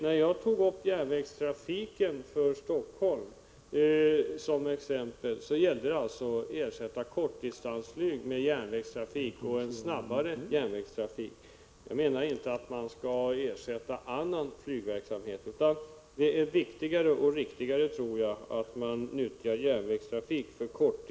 När jag tog järnvägstrafiken för Helsingforss del som exempel gällde det frågan om att ersätta kortdistansflyg med järnvägstrafik — och med en snabbare järnvägstrafik. Jag menar inte att man skall ersätta annan flygverksamhet med järnvägstrafik, utan jag tror att det är viktigare och Prot.